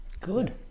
Good